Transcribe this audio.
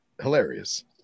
Hilarious